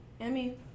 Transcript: Emmy